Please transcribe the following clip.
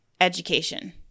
education